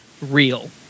real